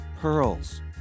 pearls